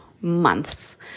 months